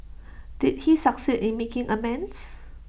did he succeed in making amends